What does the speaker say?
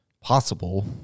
possible